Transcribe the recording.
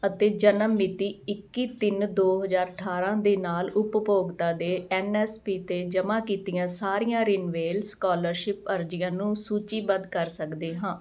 ਅਤੇ ਜਨਮ ਮਿਤੀ ਇੱਕੀ ਤਿੰਨ ਦੋ ਹਜ਼ਾਰ ਅਠਾਰ੍ਹਾਂ ਦੇ ਨਾਲ ਉਪਭੋਗਤਾ ਦੇ ਐੱਨ ਐੱਸ ਪੀ 'ਤੇ ਜਮ੍ਹਾਂ ਕੀਤੀਆਂ ਸਾਰੀਆਂ ਰਿਨਵੇਲਸ ਸਕੋਲਰਸ਼ਿਪ ਅਰਜ਼ੀਆਂ ਨੂੰ ਸੂਚੀਬੱਧ ਕਰ ਸਕਦੇ ਹਾਂ